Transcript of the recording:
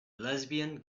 lesbian